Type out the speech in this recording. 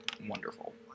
wonderful